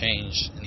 change